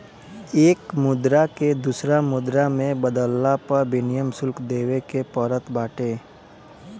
एक मुद्रा के दूसरा मुद्रा में बदलला पअ विनिमय शुल्क देवे के पड़त बाटे